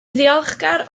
ddiolchgar